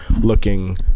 looking